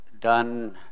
done